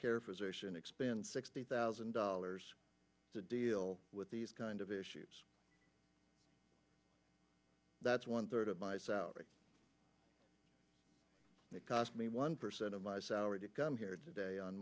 care physician expands sixty thousand dollars to deal with these kind of issues that's one third of my south and it cost me one percent of my salary to come here today on